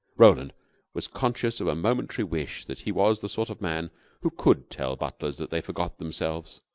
roland was conscious of a momentary wish that he was the sort of man who could tell butlers that they forgot themselves.